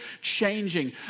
changing